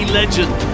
legend